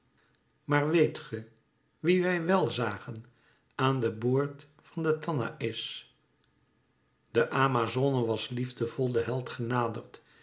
maar weet ge wien wij wèl zagen aan den boord van den tanaïs de amazone was liefdevol den held genaderd